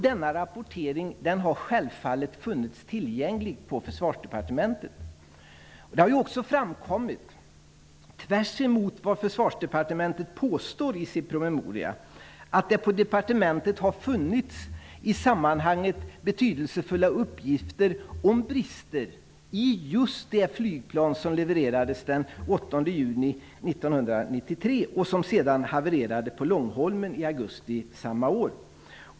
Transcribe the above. Dess rapporter har självfallet funnits tillgängliga på Försvarsdepartementet. Det har också framkommit, tvärtemot vad Försvarsdepartementet påstår i sin promemoria, att det på departementet har funnits i sammanhanget betydelsefulla uppgifter om brister i just det flygplan som levererades den 8 juni 1993 och som sedan havererade på Långholmen i augusti samma år.